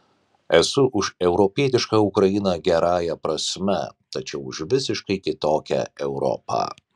esu už europietišką ukrainą gerąja prasme tačiau už visiškai kitokią europą